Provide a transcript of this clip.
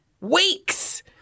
weeks